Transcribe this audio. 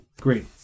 Great